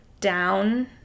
down